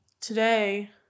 today